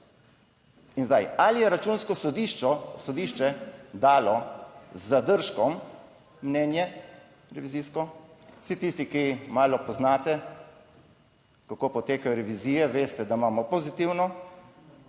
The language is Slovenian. ali je Računsko sodišče, sodišče dalo z zadržkom mnenje revizijsko. Vsi tisti, ki malo poznate kako potekajo revizije, veste da imamo pozitivno